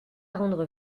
rendre